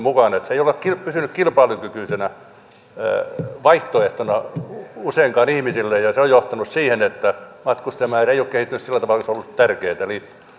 se ei ole pysynyt kilpailukykyisenä vaihtoehtona useinkaan ihmisille ja se on johtanut siihen että matkustajamäärä ei ole kehittynyt sillä tavalla kuin olisi ollut tärkeätä